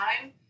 time